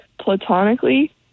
platonically